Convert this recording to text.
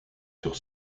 sur